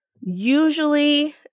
usually